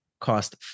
Cost